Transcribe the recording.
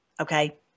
okay